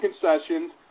concessions